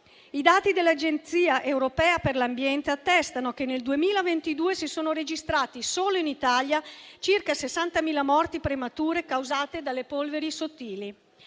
I dati dell'Agenzia europea per l'ambiente attestano che nel 2022 si sono registrati solo in Italia circa 60.000 morti premature causate dalle polveri sottili.